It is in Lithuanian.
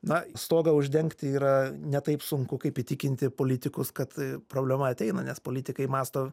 na stogą uždengti yra ne taip sunku kaip įtikinti politikus kad problema ateina nes politikai mąsto